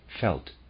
felt